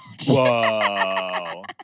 Whoa